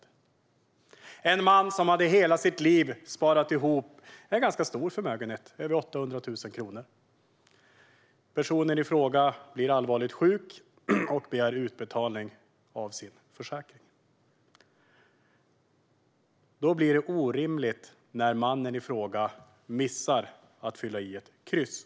Det handlar om en man som under hela sitt liv hade sparat ihop en ganska stor förmögenhet - över 800 000 kronor. Personen i fråga blev allvarligt sjuk och begärde utbetalning av sin försäkring. Mannen missade då att fylla i ett kryss.